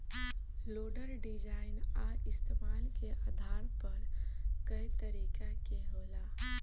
loader design आ इस्तमाल के आधार पर कए तरीका के होला